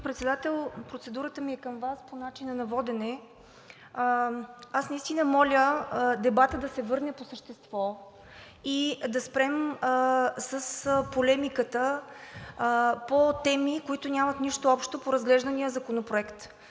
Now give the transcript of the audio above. Председател, процедурата ми е към Вас по начина на водене. Аз наистина моля дебатът да се върне по същество и да спрем с полемиката по теми, които нямат нищо общо по разглеждания законопроект.